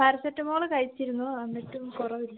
paracetamol കഴിച്ചിരുന്നു എന്നിട്ടും കുറവില്ല